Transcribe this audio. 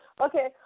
Okay